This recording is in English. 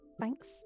Thanks